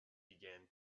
began